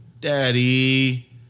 Daddy